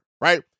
right